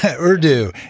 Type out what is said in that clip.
Urdu